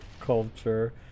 culture